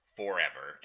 forever